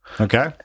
Okay